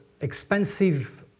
expensive